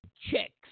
chicks